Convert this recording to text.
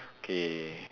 K